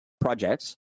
projects